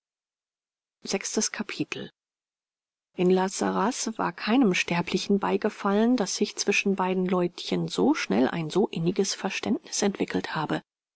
in la sarraz war keinem sterblichen beigefallen daß sich zwischen beiden leutchen so schnell ein so inniges verständnis entwickelt habe